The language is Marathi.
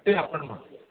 आपण मग